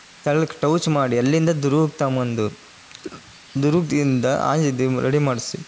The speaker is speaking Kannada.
ತಳ್ಳಿ ಟೌಚ್ ಮಾಡಿ ಅಲ್ಲಿಂದ ದುರ್ಗಕ್ಕೆ ತೊಗೊಂಬಂದು ದುರ್ಗದಿಂದ ರಡಿ ಮಾಡಿಸಿ